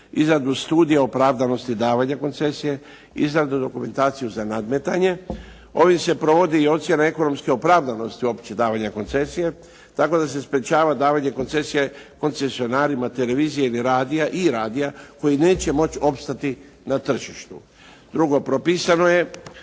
izradu studija opravdanosti davanja koncesije, izradu dokumentacije za nadmetanje. Ovim se provodi i ocjena ekonomske opravdanosti uopće davanja koncesije tako da se sprječava davanje koncesije koncesionarima televizije ili radija i radija koji neće moći opstati na tržištu. Drugo, propisano je